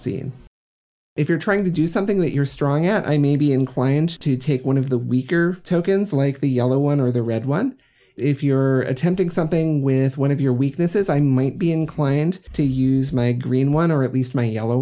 scene if you're trying to do something that you're strong at i may be inclined to take one of the weaker tokens like the yellow one or the red one if you're attempting something with one of your weak this is i might be inclined to use my green one or at least my yellow